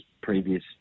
previous